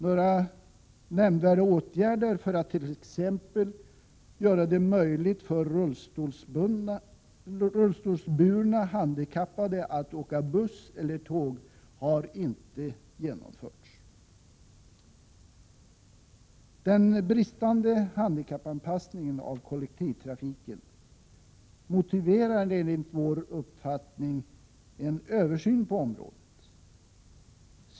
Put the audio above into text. Några nämnvärda åtgärder för att t.ex. göra det möjligt för rullstolsburna handikappade att åka buss eller tåg har inte genomförts. Den bristande handikappanpassningen av kollektivtrafiken motiverar enligt vår uppfattning en översyn på området.